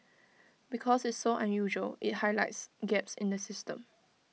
because it's so unusual IT highlights gaps in the system